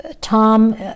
Tom